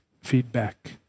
feedback